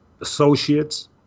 associates